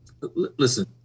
listen